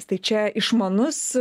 tai čia išmanus